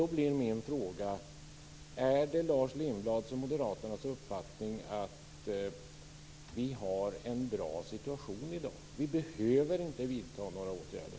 Då blir min fråga: Är det Lars Lindblads och Moderaternas uppfattning att vi har en bra situation i dag och att vi inte behöver vidta några åtgärder?